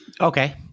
Okay